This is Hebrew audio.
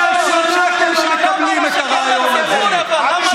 100 שנה אתם לא מקבלים את הרעיון הזה של